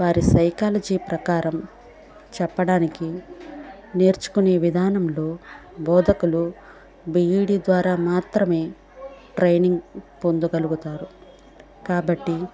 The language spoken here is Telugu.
వారి సైకాలజీ ప్రకారం చెప్పడానికి నేర్చుకునే విధానంలో బోధకులు బీఈడీ ద్వారా మాత్రమే ట్రైనింగ్ పొందగలుగుతారు కాబట్టి